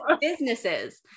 businesses